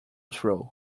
through